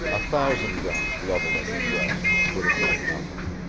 a thousand guns leveled at his breast would have meant nothing.